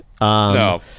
No